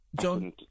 John